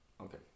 Okay